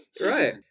Right